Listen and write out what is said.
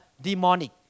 demonic